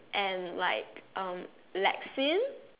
and like um